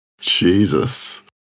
Jesus